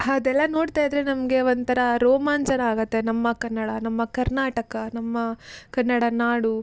ಅದೆಲ್ಲಾ ನೋಡ್ತಾ ಇದ್ದರೆ ನಮಗೆ ಒಂಥರ ರೋಮಾಂಚನ ಆಗುತ್ತೆ ನಮ್ಮ ಕನ್ನಡ ನಮ್ಮ ಕರ್ನಾಟಕ ನಮ್ಮ ಕನ್ನಡನಾಡು